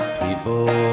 people